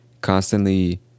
Constantly